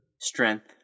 strength